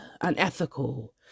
unethical